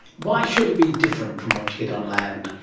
why should it be different from what you get on land?